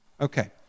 okay